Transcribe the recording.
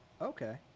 Okay